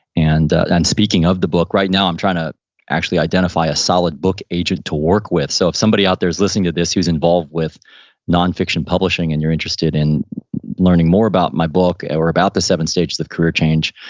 and and speaking of the book, right now, i'm trying to actually identify a solid book agent to work with. so if somebody out there is listening to this who's involved with nonfiction publishing and you're interested in learning more about my book or about the seven stages of career change,